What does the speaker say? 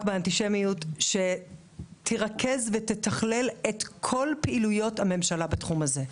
באנטישמיות שתרכז ותתכלל את כל פעילויות הממשלה בתחום הזה.